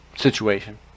situation